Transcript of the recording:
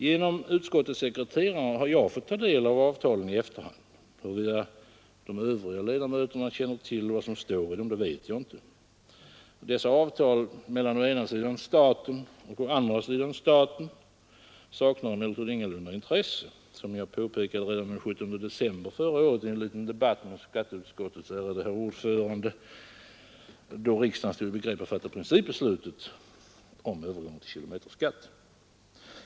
Genom utskottets sekreterare har jag fått ta del av avtalen i efterhand. Huruvida de övriga ledamöterna känner till vad som står i dem, vet jag inte, Detta avtal mellan å ena sidan staten och å andra sidan staten saknar emellertid ingalunda intresse, vilket jag påpekade redan den 17 december förra året i en liten debatt med skatteutskottets ärade herr ordförande, då riksdagen stod i begrepp att fatta principbeslutet om övergång till kilometerskatt.